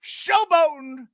showboating